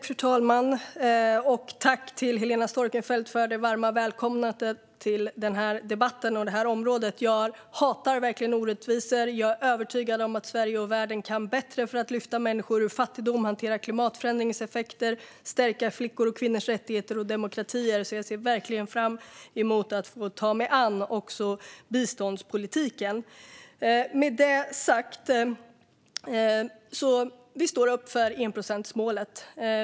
Fru talman! Tack, Helena Storckenfeldt, för det varma välkomnandet till den här debatten och det här området! Jag hatar verkligen orättvisor. Jag är övertygad om att Sverige och världen kan bättre för att lyfta människor ur fattigdom, hantera klimatförändringens effekter, stärka flickors och kvinnors rättigheter och demokratier. Jag ser verkligen fram emot att få ta mig an också biståndspolitiken. Med det sagt står vi upp för enprocentsmålet.